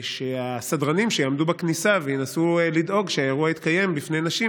שהסדרנים שיעמדו בכניסה וינסו לדאוג שהאירוע יתקיים בפני נשים,